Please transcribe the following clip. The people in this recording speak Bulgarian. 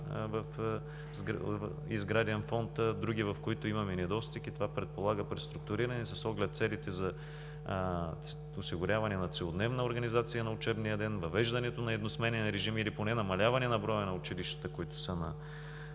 и сграден фонд, в други имаме недостиг, и това предполага преструктуриране с оглед целите за осигуряване на целодневна организация на учебния ден, въвеждането на едносменен режим или поне намаляване броя на училищата, които са на